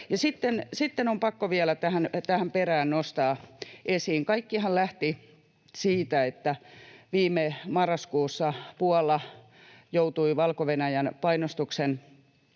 Sitten on pakko vielä tähän perään nostaa esiin se, että kaikkihan lähti siitä, että viime marraskuussa Puola joutui Valko-Venäjän painostuksen